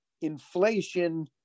inflation